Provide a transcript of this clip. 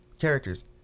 characters